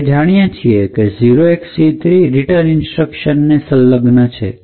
આપણે જાણીએ છીએ કે 0xC3 રિટર્ન ઇન્સ્ટ્રક્શન અને સંલગ્ન છે